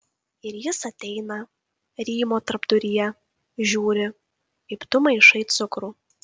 ir jis ateina rymo tarpduryje žiūri kaip tu maišai cukrų